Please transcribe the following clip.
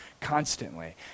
constantly